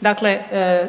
dakle